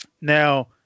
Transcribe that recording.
Now